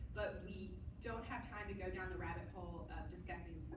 but we don't have time to go down the rabbit hole of discussing